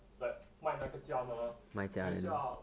like 卖那个家等一下